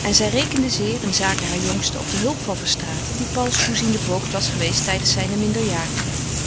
en zij rekende zeer in zake haar jongste op de hulp van verstraeten die pauls toeziende voogd was geweest tijdens zijne minderjarigheid